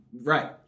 right